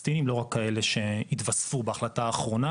רק לכאלה שהתווספו בהחלטה האחרונה.